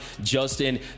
Justin